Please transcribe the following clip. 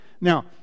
Now